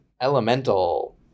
Elemental